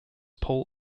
paul